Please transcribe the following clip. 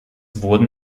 wurden